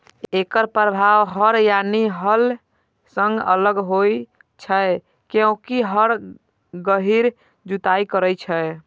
एकर प्रभाव हर यानी हल सं अलग होइ छै, कियैकि हर गहींर जुताइ करै छै